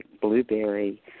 Blueberry